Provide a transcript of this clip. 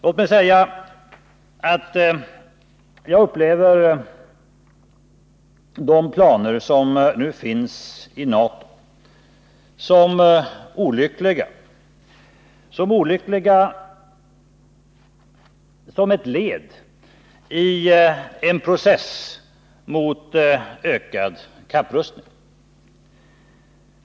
Låt mig säga att jag upplever de planer som nu finns i NATO som olyckliga, därför att de är ett led i en process mot ökad kapprustning.